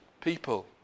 people